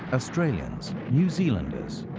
australians, new zealanders.